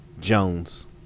Jones